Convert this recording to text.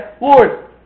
Lord